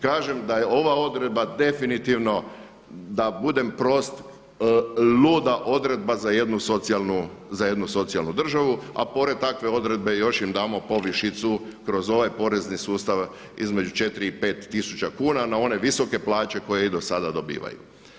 Kažem da je ova odredba definitivno da budem prost luda odredba za jednu socijalnu državu, a pored takve odredbe još im damo povišicu kroz ovaj porezni sustav između 4 i 5 tisuća kuna na one visoke plaće koje i do sada dobivaju.